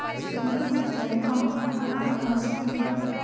Sprinkle सिंचाई हम कहाँ कहाँ कर सकली ह?